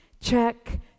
check